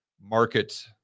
market